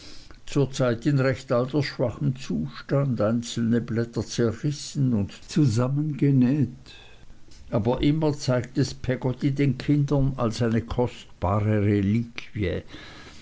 zurzeit in recht altersschwachem zustand einzelne blätter zerrissen und wieder zusammengenäht aber immer zeigt es peggotty den kindern als eine kostbare reliquie